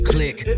Click